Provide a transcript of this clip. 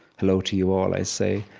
hello to you all, i say,